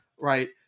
right